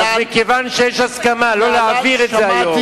אז מכיוון שיש הסכמה לא להעביר את זה היום,